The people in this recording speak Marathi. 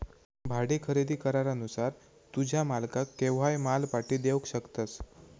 भाडे खरेदी करारानुसार तू तुझ्या मालकाक केव्हाय माल पाटी देवक शकतस